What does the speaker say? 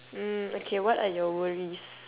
mm okay what are your worries